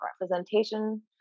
representation